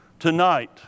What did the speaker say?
Tonight